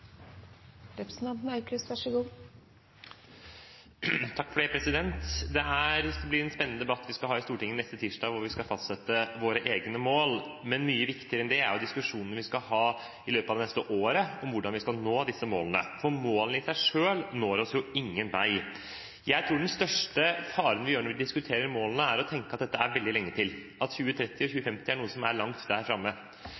Det blir en spennende debatt vi skal ha i Stortinget neste tirsdag, hvor vi skal fastsette våre egne mål. Men mye viktigere enn det er diskusjonen vi skal ha i løpet av det neste året om hvordan vi skal nå disse målene, for målene i seg selv får oss jo ingen vei. Jeg tror den største feilen vi gjør når vi diskuterer målene, er å tenke at dette er veldig lenge til, at 2030 og 2050 er noe som er langt der framme.